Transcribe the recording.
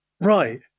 Right